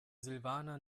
silvana